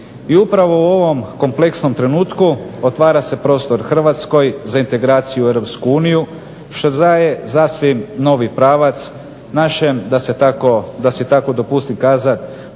I upravo u ovom kompleksnom trenutku otvara se prostor Hrvatskoj za integraciju u EU što daje sasvim novi pravac našem, da si tako dopustim kazati,